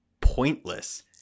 pointless